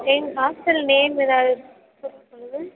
எங் hostel name ஏதாவது கொஞ்சம் சொல்லுங்கள்